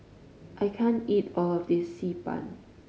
I can't eat all of this Xi Ban